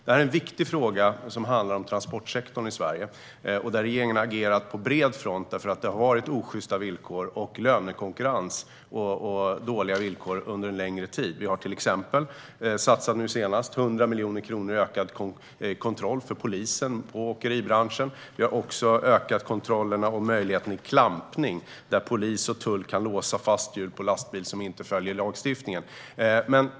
Detta är en viktig fråga som handlar om transportsektorn i Sverige där regeringen har agerat på bred front. Det har varit osjysta villkor, lönekonkurrens och dåliga villkor under en längre tid. Vi satsade nu senast 100 miljoner kronor i ökad kontroll för polisen av åkeribranschen. Vi har också ökat möjligheten till kontroller och klampning, där polisen kan låsa fast hjul på en lastbil som inte följer lagstiftningen.